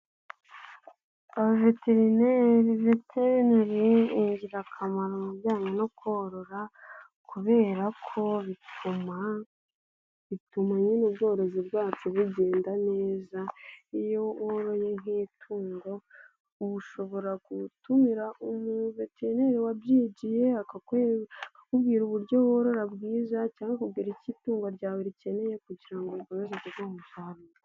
Abaveterineri ni ingirakamaro mu bijyanye no korora kubera ko bituma nyine ubworozi bwacu bugenda neza. Iyo woroye nk'itungo ushobora gutumira umuntu wabyigiye kugira ngo akubwira uburyo worora bwiza cyangwa akakubwira icyo wakora itungo ryawe rikeneye kugira ngo ryiyongeze mu musaruro.